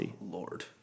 Lord